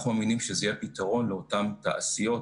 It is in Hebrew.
אנחנו מאמינים שזה יהיה הפתרון לאותן תעשיות,